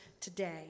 today